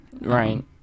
Right